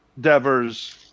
Devers